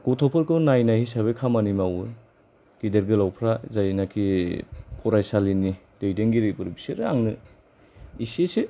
गथ'फोरखौ नायनाय हिसाबै खामानि मावो गिदिर गोलावफ्रा जायनाखि फरायसालनि दैदेनगिरिफोर बिसोरो आंनो एसेसो